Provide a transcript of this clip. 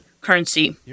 currency